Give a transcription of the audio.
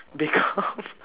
they come